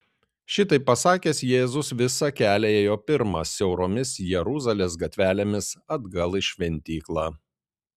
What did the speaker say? šitaip pasakęs jėzus visą kelią ėjo pirmas siauromis jeruzalės gatvelėmis atgal į šventyklą